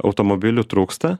automobilių trūksta